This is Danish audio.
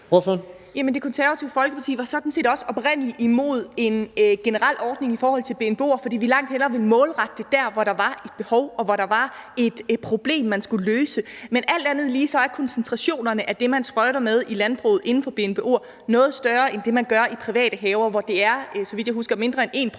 Det Konservative Folkeparti var sådan set også oprindelig imod en generel ordning i forhold til BNBO'er, fordi vi langt hellere ville målrette det der, hvor der var et behov, og hvor der var et problem, man skulle løse. Men alt andet lige er koncentrationerne af det, man sprøjter med i landbruget inden for BNBO'er, noget større end det, man gør i private haver, hvor det, så vidt jeg husker,